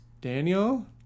Daniel